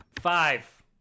Five